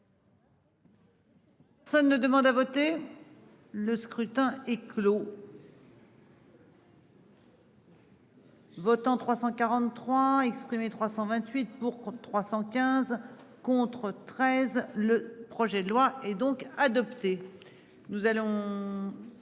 ouvert. Ça ne demande à voter. Le scrutin est clos. Votants 343 exprimés, 328 pour 315 contre 13 le projet de loi et donc à deux.